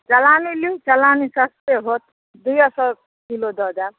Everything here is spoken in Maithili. चलानी लिउ चलानी सस्ते होयत दुइए सए किलो दऽ देब